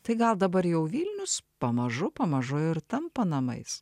tai gal dabar jau vilnius pamažu pamažu ir tampa namais